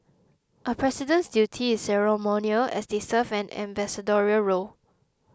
a president's duty is ceremonial as they serve an ambassadorial role